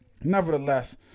nevertheless